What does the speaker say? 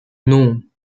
non